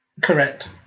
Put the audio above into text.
Correct